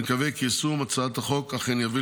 נקווה כי יישום הצעת החוק אכן יביא